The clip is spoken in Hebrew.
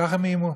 כך הם איימו,